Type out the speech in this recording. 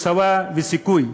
כולל "מוסאוא" ו"סיכוי".